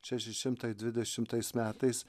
šeši šimtai dvidešimtais metais